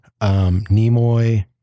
nimoy